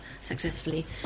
successfully